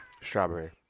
Strawberry